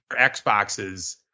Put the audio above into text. Xboxes